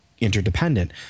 interdependent